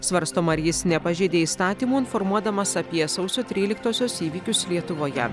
svarstoma ar jis nepažeidė įstatymų informuodamas apie sausio tryliktosios įvykius lietuvoje